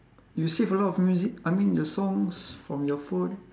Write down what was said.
you save a lot of music I mean your songs from your phone